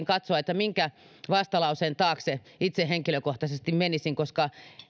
katsoa minkä vastalauseen taakse itse henkilökohtaisesti menisin koska